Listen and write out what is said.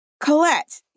Colette